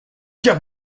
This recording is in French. car